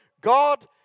God